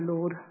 Lord